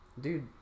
Dude